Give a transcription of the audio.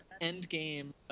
endgame